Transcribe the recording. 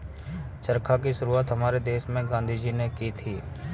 चरखा की शुरुआत हमारे देश में गांधी जी ने की थी